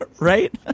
right